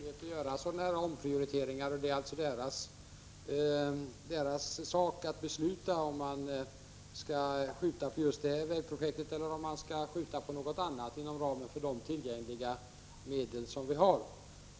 Fru talman! Vägverket har möjlighet att göra omprioriteringar, och det är alltså verkets sak att besluta om man skall skjuta på just det här projektet eller om man skall skjuta på något annat inom ramen för de medel som är tillgängliga.